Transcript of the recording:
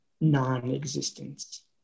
non-existence